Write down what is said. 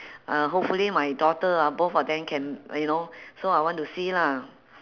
uh hopefully my daughter ah both of them can you know so I want to see lah